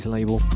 Label